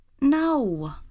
No